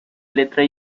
letra